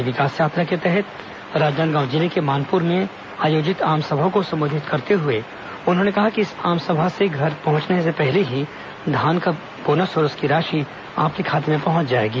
आज विकास यात्रा के तहत राजनांदगांव जिले के मानपुर में आयोजित आमसभा को संबोधित करते हुए उन्होंने कहा कि इस आमसभा से घर पहुंचने के पहले ही धान बोनस की राशि आपके खाते में पहुंच जाएगी